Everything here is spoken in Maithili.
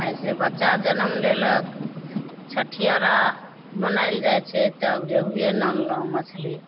अइसे बच्चा जनम लेलक छठिआर आओर मनाएल जाइ छै तब रेहुए आनलहुँ मछली